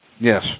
Yes